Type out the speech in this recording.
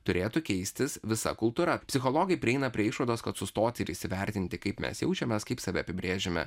turėtų keistis visa kultūra psichologai prieina prie išvados kad sustoti ir įsivertinti kaip mes jaučiamės kaip save apibrėžiame